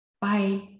bye